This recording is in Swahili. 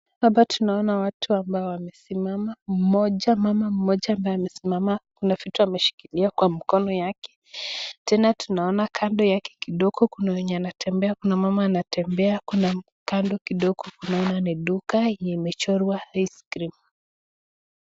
Hapa tunaona watu ambao wamesimama, mmoja, mama mmoja ambaye amesimama kuna vitu ameshikilia kwa mkono yake, tena tunaona kando yake kidogo kuna wenye wanatembea, kuna mama anatembea, kuna kando kidogo kuna duka imechorwa ice cream .